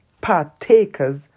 partakers